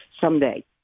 someday